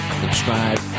subscribe